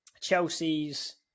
Chelsea's